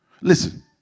Listen